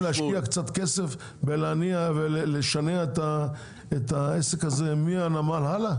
להשקיע קצת כסף בלשנע את העסק הזה מהנמל הלאה?